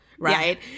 Right